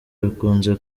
bikunze